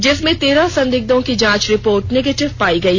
जिसमें तेरह संदिग्धों की जांच रिपोर्ट निगेटिव पायी गयी